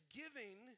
giving